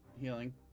healing